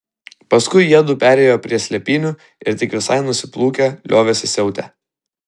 paskui jiedu perėjo prie slėpynių ir tik visai nusiplūkę liovėsi siautę